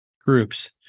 groups